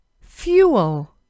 Fuel